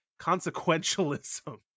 Consequentialism